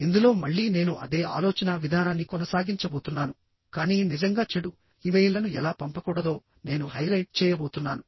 ఇందులో మళ్ళీ నేను అదే ఆలోచనా విధానాన్ని కొనసాగించబోతున్నాను కానీ నిజంగా చెడు ఇమెయిల్లను ఎలా పంపకూడదో నేను హైలైట్ చేయబోతున్నాను